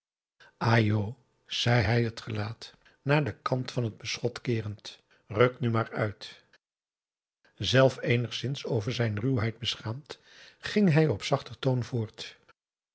zei hij het gelaat naar den kant van het beschot keerend ruk nu maar uit zelf eenigszins over zijn ruwheid beschaamd ging hij op zachter toon voort